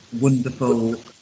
wonderful